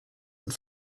und